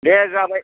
दे जाबाय